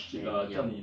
scammy ah